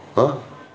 हा